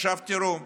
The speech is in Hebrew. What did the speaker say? עכשיו תראו,